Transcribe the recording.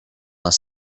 les